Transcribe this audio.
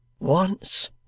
Once